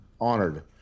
honored